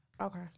Okay